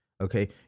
Okay